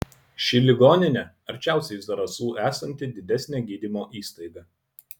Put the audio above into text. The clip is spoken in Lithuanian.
ši ligoninė arčiausiai zarasų esanti didesnė gydymo įstaiga